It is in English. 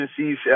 agencies